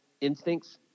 instincts